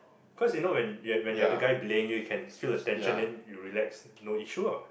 cause you know when when you're the guy belaying you can feel the tension then you relax no issue lah